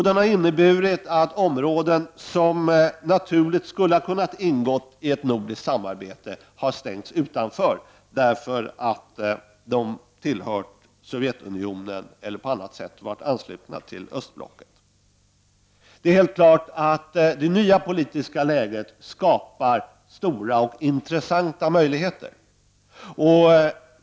Det har inneburit att områden som naturligt skulle ha kunnat ingå i ett nordiskt samarbete har stängts utanför därför att de har tillhört Sovjetunionen eller på annat sätt har varit anslutna till östblocket. Det är helt klart att det nya politiska läget skapar stora och intressanta möjligheter.